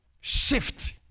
Shift